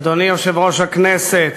אדוני יושב-ראש הכנסת,